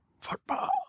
Football